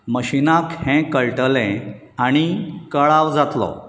मशीनाक हें कळटलें आनी कळाव जातलो